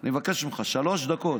אני מבקש ממך, שלוש דקות.